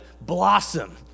blossom